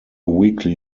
weekly